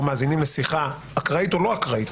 מאזינים לשיחה אקראית או לא אקראית,